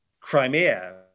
Crimea